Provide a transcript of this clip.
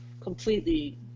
completely